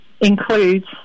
includes